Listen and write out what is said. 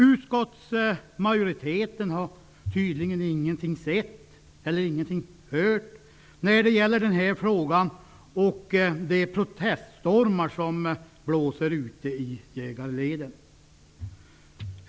Utskottsmajoriteten har tydligen ingenting gjort eller ingenting hört i den här frågan. Det är proteststormar som blåser ute i jägarleden.